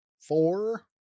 four